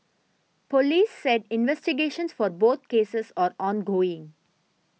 police said investigations for both cases are ongoing